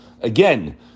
again